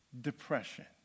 depression